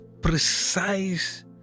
precise